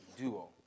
duo